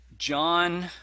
John